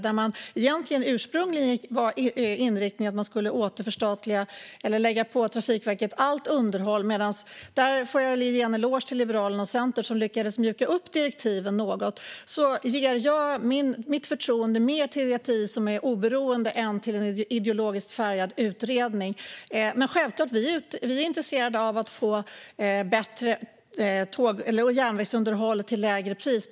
Ursprungligen var inriktningen egentligen att man skulle återförstatliga och lägga på Trafikverket allt underhåll. Där får jag ge en eloge till Liberalerna och Centern, som lyckades mjuka upp direktiven något. Men jag ger mitt förtroende mer till VTI, som är oberoende, än till en ideologiskt färgad utredning. Självklart är vi intresserade av att få bättre järnvägsunderhåll till lägre pris.